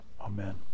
Amen